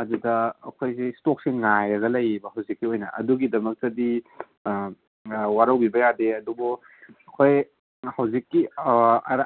ꯑꯗꯨꯗ ꯑꯩꯈꯣꯏꯒꯤ ꯏꯁꯇꯣꯛꯁꯦ ꯉꯥꯏꯔꯒ ꯂꯩꯌꯦꯕ ꯍꯧꯖꯤꯛꯀꯤ ꯑꯣꯏꯅ ꯑꯗꯨꯒꯤꯗꯃꯛꯇꯗꯤ ꯋꯥꯔꯧꯕꯤꯕ ꯌꯥꯗꯦ ꯑꯗꯨꯕꯨ ꯑꯩꯈꯣꯏ ꯍꯧꯖꯤꯛꯀꯤ